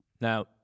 Now